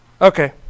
Okay